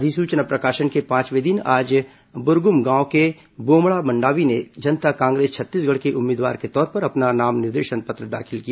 अधिसूचना प्रकाशन के पांचवें दिन आज बुरगुम गांव के बोमड़ा मंडावी ने जनता कांग्रेस छत्तीसगढ़ के उम्मीदवार के तौर पर अपना नाम निर्देशन पत्र दाखिल किया